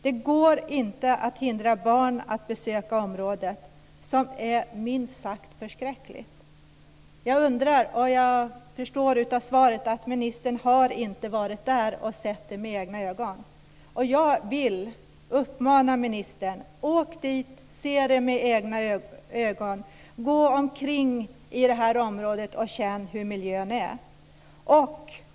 Det går inte att hindra barn att besöka området, som är minst sagt förskräckligt. Jag förstår av ministerns svar att ministern inte har varit där och sett området med egna ögonen. Jag vill uppmana ministern att åka dit och se området med egna ögon. Gå omkring i området och känn hur miljön är.